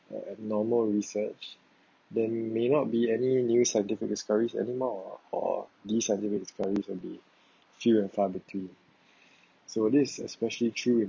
uh abnormal research there may not be any new scientific discoveries anymore or these scientific discoveries will be few and far between so this is especially true in